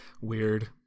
Weird